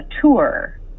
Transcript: tour